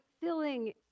filling